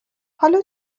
حالا